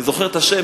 אני זוכר את השם,